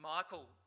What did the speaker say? Michael